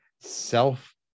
self